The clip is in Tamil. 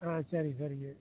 ஆ சரி சரிங்க